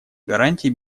гарантии